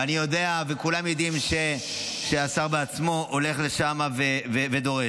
אני יודע וכולם יודעים שהשר עצמו הולך לשם ודורש,